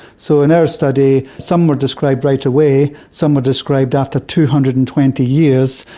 so in our study some were described right away, some were described after two hundred and twenty years,